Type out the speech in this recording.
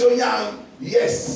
Yes